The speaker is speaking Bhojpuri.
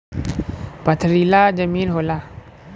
पथरीला जमीन होला